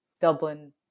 Dublin